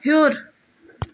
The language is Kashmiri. ہیوٚر